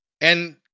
And-